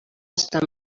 està